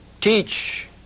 teach